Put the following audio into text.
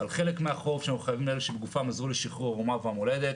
על חלק מהחוב שאנחנו חייבים לאלה שבגופם עזרו לשחרור האומה והמולדת".